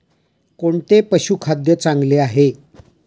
कोणते पशुखाद्य चांगले आहे?